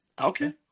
Okay